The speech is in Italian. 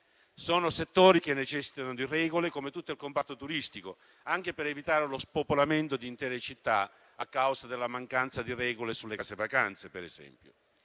di settori che necessitano di regole come tutto il comparto turistico, anche per evitare lo spopolamento di intere città, a causa ad esempio della mancanza di regole sulle case vacanze. Mi si